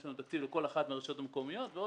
יש לנו תקציב לכל אחת מהרשויות המקומיות ועוד